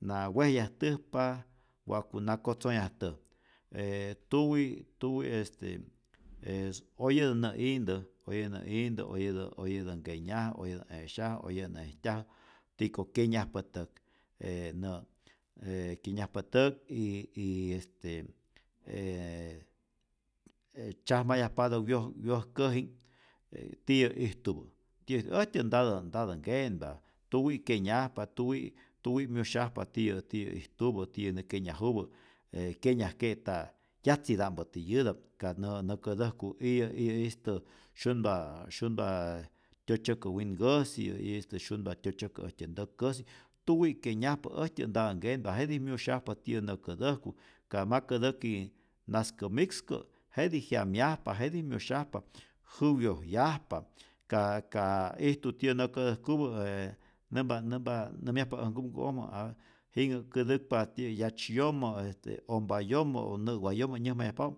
Na wejyajtäjpa wa'ku na kotzonhyajtäj, e tuwi tuwi este es oyetä nä'intä, oyetä nä intä, oyetä oyetä nkenya'. oyetä 'e'syajä, oyetä nä'ijtyajä, tiko kyenyajpa täk e nä kyenyajpa täk y y este e e tzyajmayajpätä wyoj wyojkäji'k e tityä ijtupä tiyä, äjtyä ntatä ntatä nkenpa, tuwi' kyenyajpa, tuwi' tuwi' myusyajpa tiyä tiyä ijtupä, tiyä nä kyenyajupä, e kyenyajke'ta 'yatzita'mpä tiyäta'p ka nä nä kätäjku iyä iyä'istä syunpa syunpa tyotzyäkä winkäsi, iyä'istä sunpa tyotzyäkä äjttyä ntäk'käsi, tuwi' kyenyajpa, äjtyä ntatä nkenpa, jetij myusyajpa tiyä nä kätäjku, kam ma kätäki nas kämikskä jetij jyamyajpa, jetij myusyajpa, jäwyojyajpa, ka ka ijtu tiyä nä kätäjkupä je nämpa nämpa nämyajpa äj nkumku'ojmä a jinhä kätäkpa ti'yäk 'yatzy'yomo, este ompa yomo' o nä'wa yomo nyäjmayjapapä,